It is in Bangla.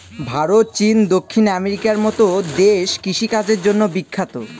ভারত, চীন, দক্ষিণ আমেরিকার মতো দেশ কৃষিকাজের জন্য বিখ্যাত